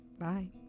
Bye